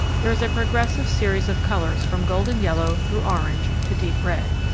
there is a progressive series of colors from golden yellow through orange to deep red.